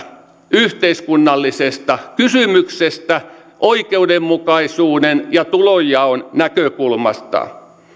yhteiskunnallisesta kysymyksestä oikeudenmukaisuuden ja tulonjaon näkökulmasta